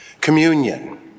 Communion